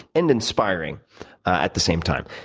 and inspiring at the same time.